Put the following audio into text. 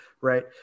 Right